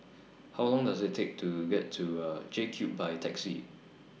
How Long Does IT Take to get to J Cube By Taxi